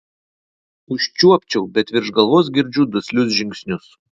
užčiuopčiau bet virš galvos girdžiu duslius žingsnius